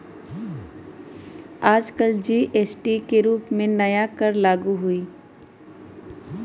आजकल जी.एस.टी के रूप में नया कर लागू हई